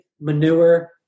manure